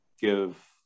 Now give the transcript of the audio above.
give